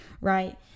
right